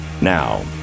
now